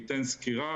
ייתן סקירה,